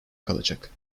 kalacak